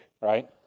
right